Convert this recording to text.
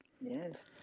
Yes